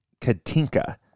Katinka